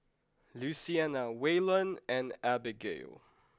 Luciana Waylon and Abigayle